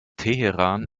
teheran